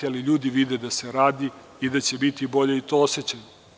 Ali, ljudi vide da se radi i da će biti bolje i to osećaju.